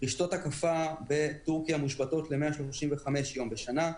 רשתות הקפה בטורקיה מושבתות ל-135 יום בשנה,